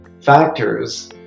factors